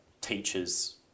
teachers